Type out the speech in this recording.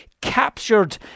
captured